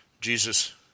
Jesus